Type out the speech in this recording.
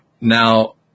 Now